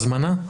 הזמנה?